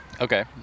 okay